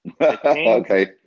okay